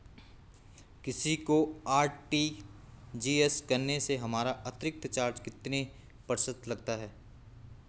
किसी को आर.टी.जी.एस करने से हमारा अतिरिक्त चार्ज कितने प्रतिशत लगता है?